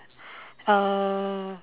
uh